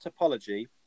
topology